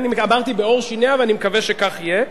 אמרתי "בעור שיניה", ואני מקווה שכך יהיה.